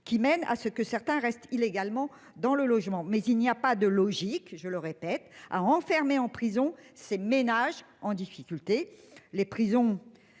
Qui mène à ce que certains restent illégalement dans le logement, mais il n'y a pas de logique, je le répète à enfermer en prison ces ménages en difficulté